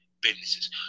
businesses